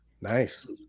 Nice